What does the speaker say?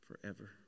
forever